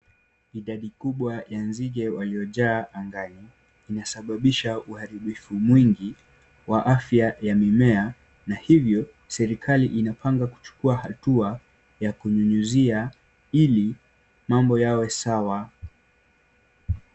Idadi kubwa ya nzige waliojaa angani ,inasababisha uharibifu mwingi wa afya ya mimea ,na hivyo serikali unapanga kuchukua hatua ya kunyunyizia ili mambo yawe sawa.